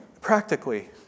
Practically